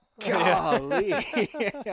Golly